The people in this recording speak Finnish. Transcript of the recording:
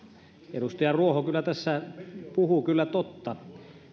edustaja ruoho tässä puhuu kyllä totta